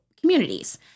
communities